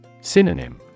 Synonym